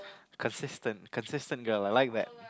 consistent consistent girl I like that